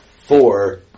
four